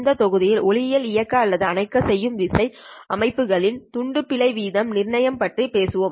இந்த தொகுதியில் ஒளியியல் இயக்க அல்லது அணைக்க செய்யும் விசை அமைப்புகளில் துண்டு பிழை வீதம் நிர்ணயம் பற்றி பேசுவோம்